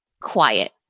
quiet